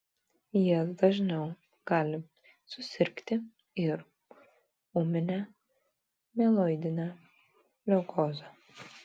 jie dažniau gali susirgti ir ūmine mieloidine leukoze